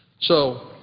so,